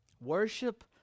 Worship